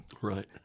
Right